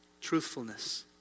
Truthfulness